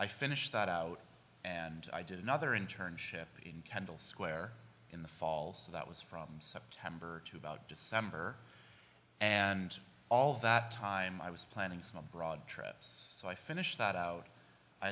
i finished that out and i did another internship in kendall square in the fall so that was from september to about december and all that time i was planning some abroad trips so i finished that out